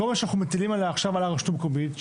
כל מה שאנחנו מטילים עכשיו על הרשות המקומית,